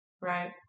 Right